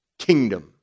Kingdom